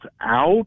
out